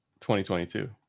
2022